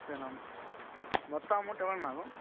சரிண்ணா மொத்தம் அமௌண்ட்டு எவ்வளோண்ணா ஆகும்